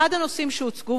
אחד הנושאים שהוצגו,